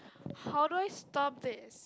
how do I stop this